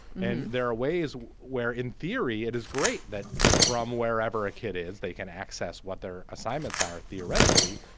and there are ways where in theory it is great that from wherever a kid is, they can access what their assignments are theoretically.